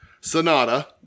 Sonata